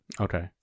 Okay